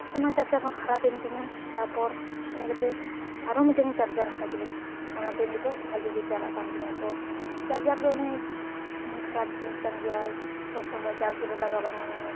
ᱚᱱᱟ ᱪᱟᱨᱡᱟᱨ ᱦᱚᱸ ᱠᱷᱟᱨᱟᱯ ᱮᱱ ᱛᱤᱧᱟᱹ ᱛᱟᱨᱯᱚᱨ ᱤᱱᱟᱹ ᱠᱟᱛᱮᱫ ᱟᱨᱚ ᱢᱤᱫᱴᱮᱱ ᱪᱟᱨᱡᱟᱨ ᱦᱟᱛᱟᱣ ᱠᱤᱫᱟᱹᱧ ᱚᱱᱟᱛᱮ ᱱᱤᱛᱳᱜ ᱵᱷᱟᱹᱞᱤᱜᱮ ᱪᱟᱞᱟᱜ ᱠᱟᱱ ᱛᱤᱧᱟᱹ ᱛᱳ ᱪᱟᱨᱡᱟᱨ ᱫᱚ ᱚᱱᱮ ᱠᱷᱟᱨᱟᱯ ᱡᱤᱱᱤᱥ ᱠᱟᱱ ᱜᱮᱭᱟ ᱥᱚᱵ ᱥᱚᱢᱚᱭ ᱪᱟᱨᱡᱽ ᱨᱮ ᱞᱟᱜᱟᱣ ᱵᱟᱝ